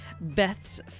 Beth's